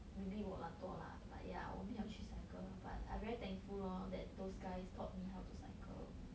maybe 我懒惰 lah but ya 我没有去 cycle but I very thankful lor that those guys taught me how to cycle